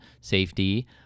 safety